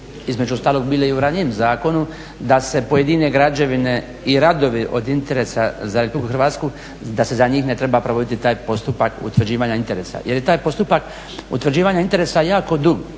između ostalog bile i u ranijem zakonu da se pojedine građevine i radovi od interesa za RH da se za njih ne treba provoditi taj postupak utvrđivanja interesa jer je taj postupak utvrđivanja interesa jako dug.